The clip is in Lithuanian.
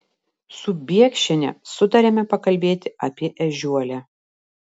su biekšiene sutarėme pakalbėti apie ežiuolę